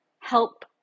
help